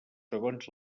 segons